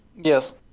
Yes